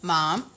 Mom